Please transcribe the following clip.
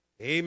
Amen